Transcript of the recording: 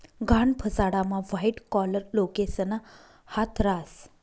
गहाण फसाडामा white collar लोकेसना हात रास